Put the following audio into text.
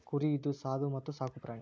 ಕುರಿ ಇದು ಸಾದು ಮತ್ತ ಸಾಕು ಪ್ರಾಣಿ